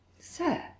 sir